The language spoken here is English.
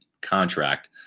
contract